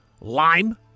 lime